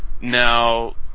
Now